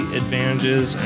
advantages